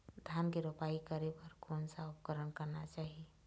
धान के रोपाई करे बर कोन सा उपकरण करना चाही?